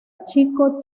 chico